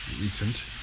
recent